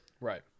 Right